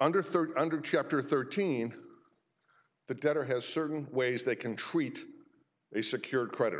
under thirty under chapter thirteen the debtor has certain ways they can treat they secured credit